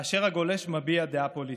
כאשר הגולש מביע דעה פוליטית.